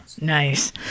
Nice